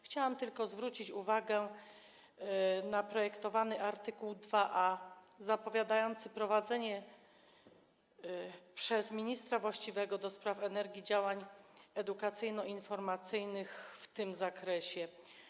Chciałam tylko zwrócić uwagę na projektowany art. 2a zapowiadający prowadzenie przez ministra właściwego do spraw energii działań edukacyjno-informacyjnych w tym zakresie.